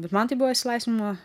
bet man tai buvo išsilaisvinimo